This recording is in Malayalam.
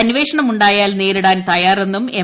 അന്വേഷണം ഉണ്ടായാൽ നേരിടാൻ തയ്യാറെന്നും എം